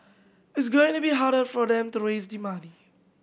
it's going to be harder for them to raise the money